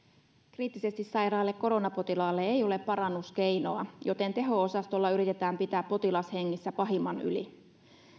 kriittisesti sairaalle koronapotilaalle ei ole parannuskeinoa joten teho osastolla yritetään pitää potilas hengissä pahimman yli